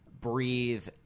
breathe